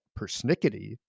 persnickety